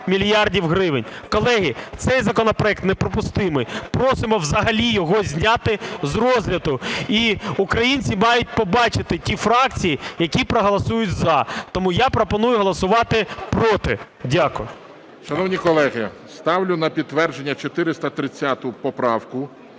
мільярдів гривень. Колеги, цей законопроект неприпустимий. Просимо взагалі його зняти з розгляду. І українці мають побачити ті фракції, які проголосують "за". Тому я пропоную голосувати "проти". Дякую. ГОЛОВУЮЧИЙ. Шановні колеги! Ставлю на підтвердження 430 поправку.